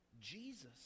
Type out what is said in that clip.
Jesus